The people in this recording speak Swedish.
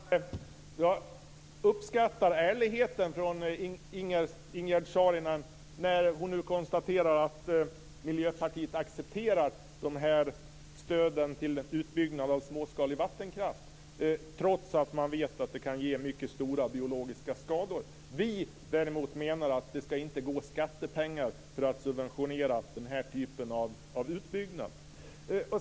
Fru talman! Jag uppskatter ärligheten från Ingegerd Saarinens sida när hon konstaterar att Miljöpartiet accepterar de här stöden till utbyggnad av småskalig vattenkraft trots att man vet att det kan ge mycket stora biologiska skador. Vi menar däremot att det inte ska gå skattepengar till att subventionera den här typen av utbyggnad.